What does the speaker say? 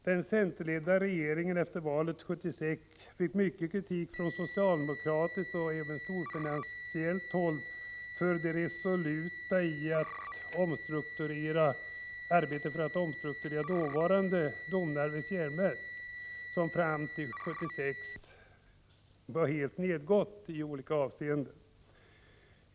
Den centerledda regeringen efter valet 1976 fick mycken kritik från socialdemokratiskt håll och från storfinanshåll för det resoluta sättet att omstrukturera det dåvarande Domnarvets Jernverk, som fram till 1976 var helt nedgånget i olika avseenden.